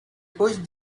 pushed